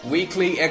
Weekly